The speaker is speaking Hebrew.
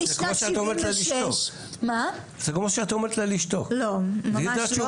שמשנת 76' יש פה